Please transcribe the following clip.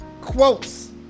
Quotes